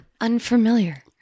unfamiliar